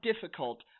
difficult